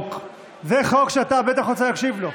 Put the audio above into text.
זה חוק שאתה בטח רוצה להקשיב לו.